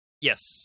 Yes